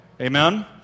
Amen